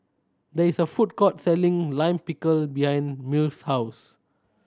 there is a food court selling Lime Pickle behind Mills' house